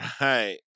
right